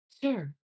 Sure